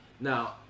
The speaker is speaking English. Now